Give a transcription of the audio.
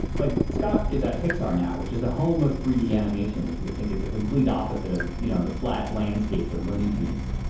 like, scott is at pixar now which is the home of three d animation which you would think is the complete opposite of you know the flat landscapes of looney tunes,